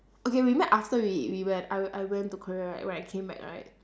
okay we met after we we went I I went to korea right when I came back right